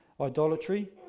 idolatry